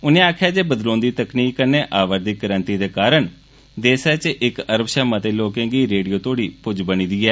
उनें आखेआ जे बदलोंदी तकनीक कन्नै आवै'रदी क्रांति दे कारण देसै च इक अरब षा मते लोकें दी रेडियो तोह्ड़ी पुज्ज ऐ